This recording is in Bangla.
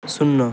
শূন্য